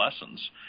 lessons